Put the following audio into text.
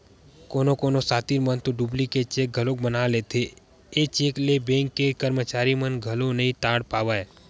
कोनो कोनो सातिर मन तो डुप्लीकेट चेक घलोक बना लेथे, ए चेक ल बेंक के करमचारी मन घलो नइ ताड़ पावय